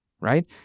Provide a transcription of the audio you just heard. right